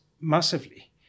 massively